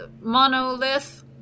monolith